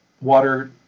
water